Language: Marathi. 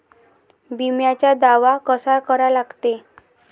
बिम्याचा दावा कसा करा लागते?